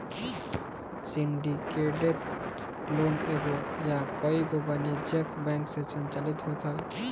syndicated loan एगो या कईगो वाणिज्यिक बैंक से संचालित होत हवे